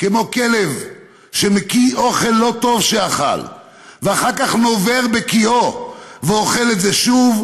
כמו כלב שמקיא אוכל לא טוב שאכל ואחר כך נובר בקיאו ואוכל את זה שוב,